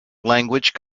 language